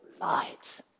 light